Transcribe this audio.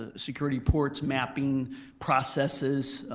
ah security ports, mapping processes,